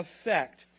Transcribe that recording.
effect